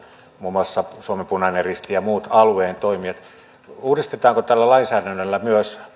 muun muassa suomen punaisen ristin ja muiden alueen toimijoiden niin kuin täällä aikaisemminkin on mainittu uudistetaanko tällä lainsäädännöllä myös